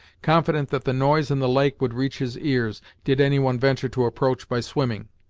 confident that the noise in the lake would reach his ears, did any one venture to approach by swimming.